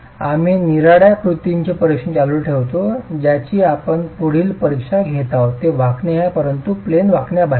आम्ही निरनिराळ्या कृतींचे परीक्षण चालू ठेवतो ज्याची आपण पुढील परीक्षा घेत आहोत ते वाकणे आहे परंतु प्लेन वाकण्याबाहेर आहे